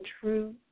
true